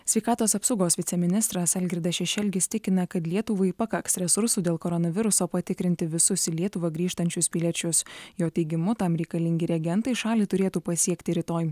sveikatos apsaugos viceministras algirdas šešelgis tikina kad lietuvai pakaks resursų dėl koronaviruso patikrinti visus į lietuvą grįžtančius piliečius jo teigimu tam reikalingi reagentai šalį turėtų pasiekti rytoj